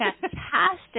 fantastic